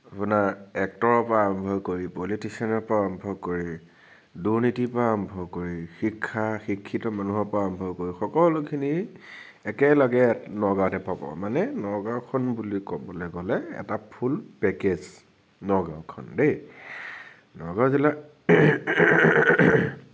আপোনাৰ এক্টৰৰ পৰা আৰম্ভ কৰি পলিটিছিয়ানৰ পৰা আৰম্ভ কৰি দুৰ্নীতিৰ পৰা আৰম্ভ কৰি শিক্ষা শিক্ষিত মানুহৰ পৰা আৰম্ভ কৰি সকলোখিনি একেলগে নগাঁৱতে পাব মানে নগাওঁখন বুলি ক'বলে গ'লে এটা ফুল পেকেজ নগাওঁখন দেই নগাওঁ জিলা